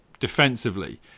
defensively